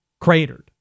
cratered